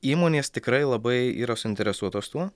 įmonės tikrai labai yra suinteresuotos tuo